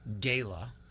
Gala